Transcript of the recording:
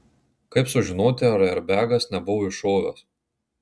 kaip sužinoti ar airbegas nebuvo iššovęs